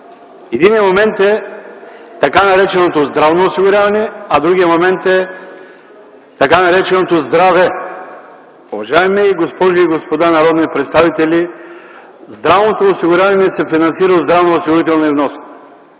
Единият момент е – така нареченото здравно осигуряване, а другият момент е – така нареченото здраве. Уважаеми госпожи и господа народни представители, здравното осигуряване се финансира от здравноосигурителни вноски.